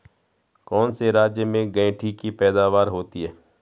कौन से राज्य में गेंठी की पैदावार होती है?